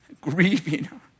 grieving